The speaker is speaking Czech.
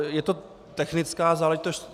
Je to technická záležitost.